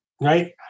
Right